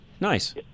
Nice